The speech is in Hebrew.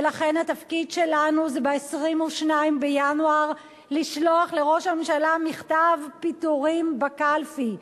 ולכן התפקיד שלנו זה ב-22 בינואר לשלוח לראש הממשלה מכתב פיטורין בקלפי.